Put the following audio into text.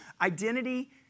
identity